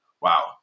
Wow